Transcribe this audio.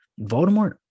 Voldemort